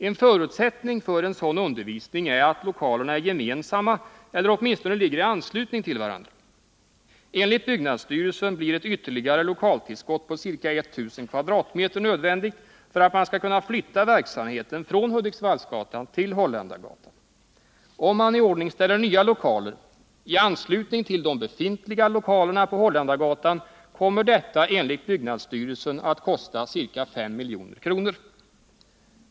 En förutsättning för en sådan undervisning är att lokalerna är gemensamma eller åtminstone ligger i anslutning till varandra. Enligt byggnadsstyrelsen blir ett ytterligare lokaltillskott på ca 1000 m? nödvändigt för att man skall kunna flytta verksamheten från Hudiksvallsgatan till Holländargatan. Om man iordningställer nya lokaler i anslutning till de befintliga lokalerna på Holländargatan, kommer detta enligt byggnadsstyrelsen att kosta ca 5 milj.kr.